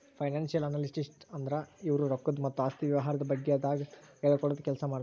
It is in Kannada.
ಫೈನಾನ್ಸಿಯಲ್ ಅನಲಿಸ್ಟ್ ಅಂದ್ರ ಇವ್ರು ರೊಕ್ಕದ್ ಮತ್ತ್ ಆಸ್ತಿ ವ್ಯವಹಾರದ ಬಗ್ಗೆದಾಗ್ ಹೇಳ್ಕೊಡದ್ ಕೆಲ್ಸ್ ಮಾಡ್ತರ್